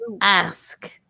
ask